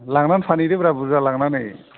लांनानै फानहैदोब्रा बुरजा लांनानै